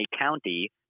county